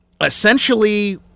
essentially